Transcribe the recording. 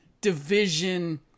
division